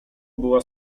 była